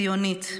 ציונית,